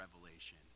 revelation